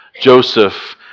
Joseph